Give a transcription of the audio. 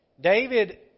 David